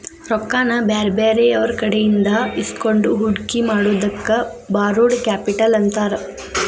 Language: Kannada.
ರೊಕ್ಕಾನ ಬ್ಯಾರೆಯವ್ರಕಡೆಇಂದಾ ಇಸ್ಕೊಂಡ್ ಹೂಡ್ಕಿ ಮಾಡೊದಕ್ಕ ಬಾರೊಡ್ ಕ್ಯಾಪಿಟಲ್ ಅಂತಾರ